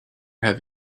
have